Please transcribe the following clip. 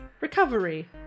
Recovery